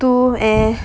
muthu eh